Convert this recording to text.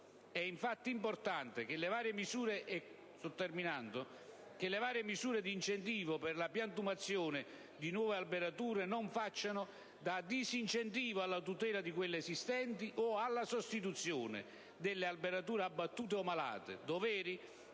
È infatti importante che le varie misure di incentivo per la piantumazione di nuove alberature non facciano da disincentivo alla tutela di quelle esistenti o alla sostituzione delle alberature abbattute o malate,